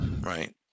Right